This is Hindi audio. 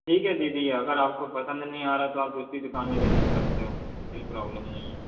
ठीक है दीदी अगर आपको पसंद नहीं आ रहा है तो आप दूसरी दूकान में भी देख सकते हो कोई प्रॉब्लम नहीं है